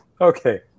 okay